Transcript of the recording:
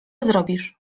zrobisz